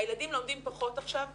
הילדים לומדים עכשיו פחות.